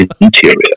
interior